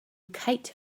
kite